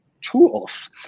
tools